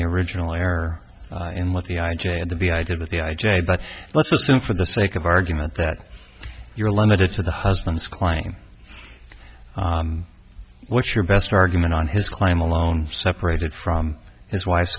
the original error in what the i j had to be i did with the i j but let's assume for the sake of argument that you're limited to the husband's climbing what's your best argument on his claim alone separated from his wife's